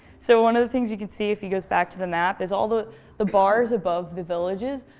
so one of the things you could see, if he goes back to the map, is all the the bars above the villages,